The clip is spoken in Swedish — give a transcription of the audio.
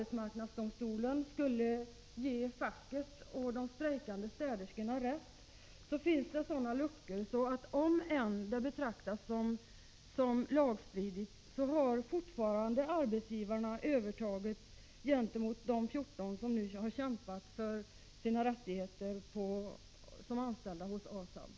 1985/86:50 facket och de strejkande städerskorna rätt och förfarandet alltså betraktas 12 december 1985 som olagligt, finns det sådana luckor i bestämmelserna att arbetsgivarna ändock har övertaget gentemot de 14 som nu har kämpat för sina rättigheter som anställda hos ASAB.